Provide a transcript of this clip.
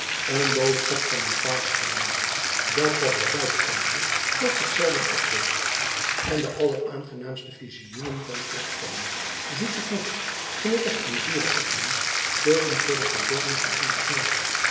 een boodschap van een paar schellingen dat was een buitenkansjen dat zich zelden opdeed en de alleraangenaamste vizioenen van priktollen zoete koek knikkers en zure appelen speelden voor de verbeelding van onzen knaap